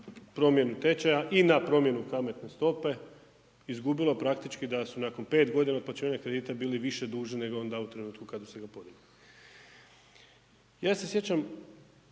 promjenu tečaja i na promjenu kamatne stope, izgubilo praktički da su nakon 5 godina otplaćivanja kredita bili više dužni nego onda u trenutku kada su ga podigli. Ja se sjećam,